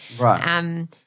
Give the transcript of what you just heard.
Right